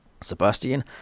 Sebastian